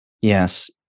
Yes